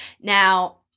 Now